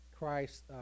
Christ